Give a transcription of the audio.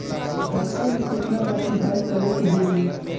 मकई में केतना बार सिंचाई करे के होई?